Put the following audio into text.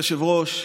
אדוני היושב-ראש,